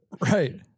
right